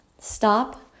Stop